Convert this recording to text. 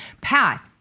path